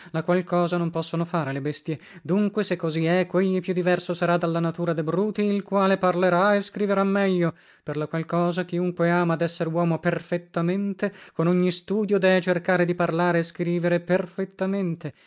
qual cosa non possono fare le bestie dunque se così è quegli più diverso sarà dalla natura de bruti il quale parlerà e scriverà meglio per la qual cosa chiunque ama desser uomo perfettamente con ogni studio dee cercare di parlare e scrivere perfettamente